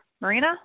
Marina